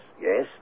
Yes